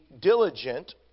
diligent